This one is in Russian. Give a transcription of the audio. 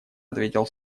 ответил